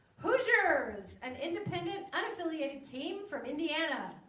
hoosiers an independent unaffiliated team from indiana